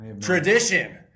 tradition